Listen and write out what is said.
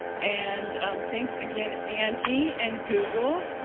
and thanks again, angie, and google.